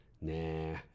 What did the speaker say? Nah